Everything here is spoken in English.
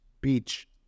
Beach